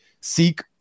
seek